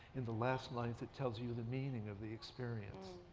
in the last lines it tells you the meaning of the experience.